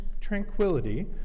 tranquility